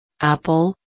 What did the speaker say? Apple